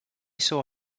saw